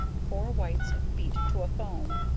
four whites beat to a foam,